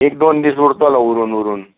एक दोन दीस उरतलो उरून उरून